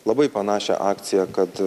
labai panašią akciją kad